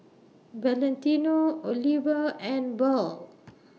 Valentino Oliva and Verl